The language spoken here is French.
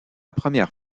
première